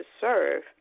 serve